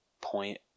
point